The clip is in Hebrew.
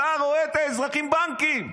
אתה רואה את האזרחים בנקים,